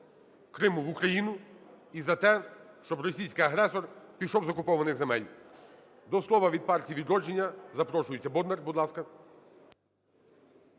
Криму в Україну, і за те, щоб російський агресор пішов з окупованих земель. До слова від "Партії "Відродження" запрошується Бондар.